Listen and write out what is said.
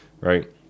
right